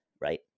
right